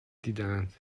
دیدهاند